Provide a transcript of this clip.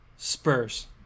spurs